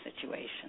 situation